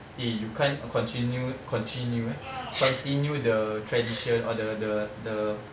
eh you can't continue continue eh continue the tradition or the the the